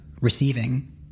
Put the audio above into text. receiving